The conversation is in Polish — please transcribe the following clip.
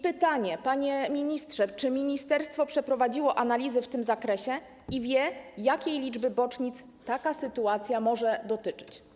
Pytanie, panie ministrze: Czy ministerstwo przeprowadziło analizy w tym zakresie i wie, jakiej liczby bocznic taka sytuacja może dotyczyć?